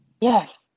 Yes